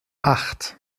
acht